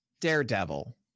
Daredevil